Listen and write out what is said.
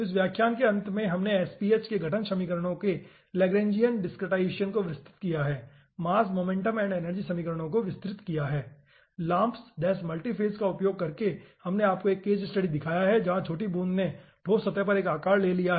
तो इस व्याख्यान के अंत में हमने SPH के गठन समीकरणों के लैग्रेंजियन डिसक्रीटाईजेसन को विस्तृत किया है मास मोमेंटम एंड एनर्जी समीकरणों को विस्तृत किया गया है ठीक है LAMMPS मल्टीफ़ेज़ का उपयोग करके हमने आपको एक केस स्टडी दिखाया है जहां छोटी बूंद ने ठोस सतह पर एक आकार ले लिया